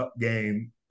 game